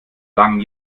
langen